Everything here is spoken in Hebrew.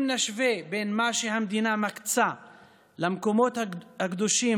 אם נשווה בין מה שהמדינה מקצה למקומות הקדושים